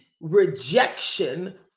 rejection